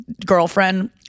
girlfriend